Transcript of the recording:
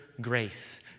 grace